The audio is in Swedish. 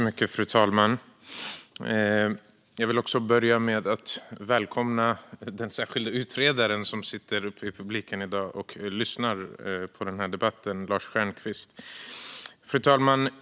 Fru talman! Jag vill börja med att välkomna den särskilde utredaren Lars Stjernkvist, som sitter i publiken i dag och lyssnar på den här debatten. Fru talman!